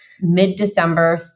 mid-December